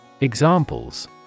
Examples